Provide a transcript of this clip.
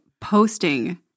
posting